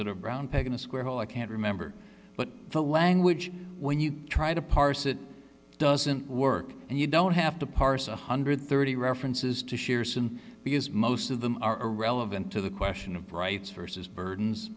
it a round peg in a square hole i can't remember but the language when you try to parse it doesn't work and you don't have to parse one hundred and thirty references to shearson because most of them are irrelevant to the question of rights versus burdens